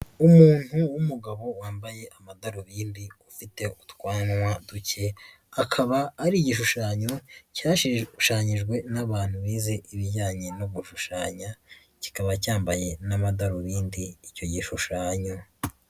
Umuntu w'umugabo wambaye amadarubindi ufite utwanwa duke, akaba ari igishushanyo, cyashushushanyijwe n'abantu bize ibijyanye no gushushanya, kikaba cyambaye n'amadarubindi icyo gishushanyo.